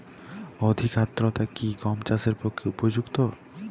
অধিক আর্দ্রতা কি গম চাষের পক্ষে উপযুক্ত?